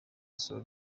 asura